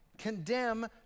condemn